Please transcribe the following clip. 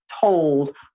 told